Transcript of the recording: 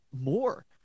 more